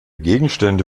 gegenstände